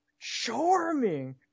charming